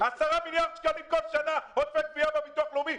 10 מיליארד שקלים בכל שנה עודפי גבייה בביטוח הלאומי.